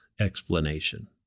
explanation